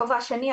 הכובע השני,